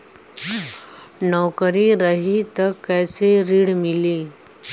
नौकरी रही त कैसे ऋण मिली?